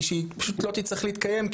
היא שהיא פשוט לא תצטרך להתקיים,